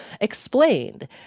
explained